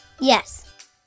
Yes